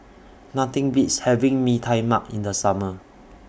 Nothing Beats having Mee Tai Mak in The Summer